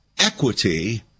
equity